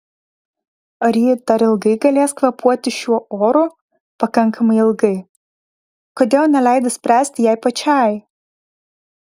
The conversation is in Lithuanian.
ar ji dar ilgai galės kvėpuoti šiuo oru pakankamai ilgai kodėl neleidi spręsti jai pačiai